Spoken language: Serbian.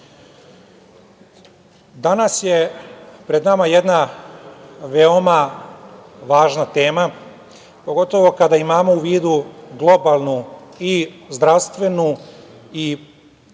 je pred nama jedna veoma važna tema, pogotovo kada imamo u vidu globalnu i zdravstvenu i